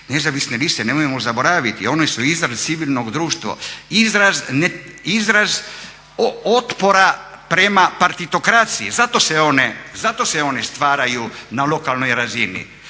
Nezavisne liste nemojmo zaboraviti one su izrazi civilnog društva, izraz otpora prema partitokraciji. Zato se one stvaraju na lokalnoj razini.